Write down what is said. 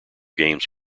games